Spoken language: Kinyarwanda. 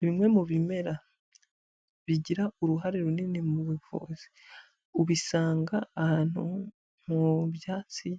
Bimwe mu bimera bigira uruhare runini mu buvuzi, ubisanga ahantu mu byatsi